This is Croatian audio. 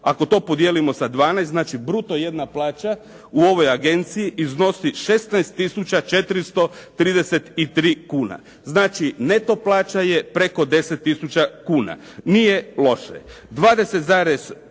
Ako to podijelimo sa 12 znači bruto jedna plaća u ovoj agenciji iznosi 16 tisuća 433 kune. Znači neto plaća je preko 10 tisuća kuna. Nije loše.